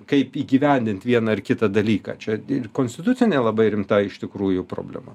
kaip įgyvendint vieną ar kitą dalyką čia ir konstitucinė labai rimta iš tikrųjų problema